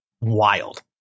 wild